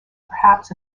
perhaps